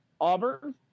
Auburn